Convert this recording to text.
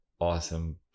awesome